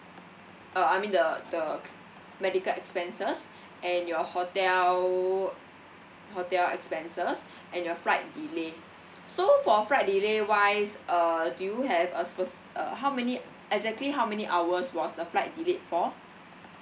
uh I mean the the medical expenses and your hotel hotel expenses and your flight delay so for flight delay wise uh do you have a speci~ uh how many exactly how many hours was the flight delayed for